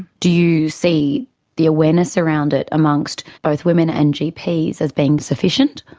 do you see the awareness around it amongst both women and gps as being sufficient?